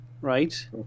right